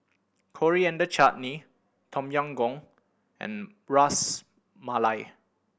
Coriander Chutney Tom Yam Goong and Ras Malai